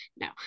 No